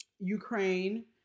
Ukraine